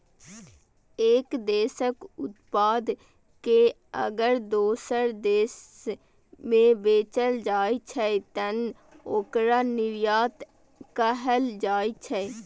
एक देशक उत्पाद कें अगर दोसर देश मे बेचल जाइ छै, तं ओकरा निर्यात कहल जाइ छै